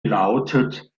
lautet